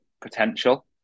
potential